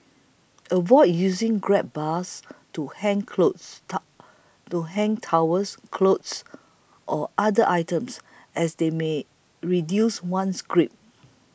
avoid using grab bars to hang clothes to hang towels clothes or other items as they may reduce one's grip